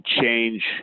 change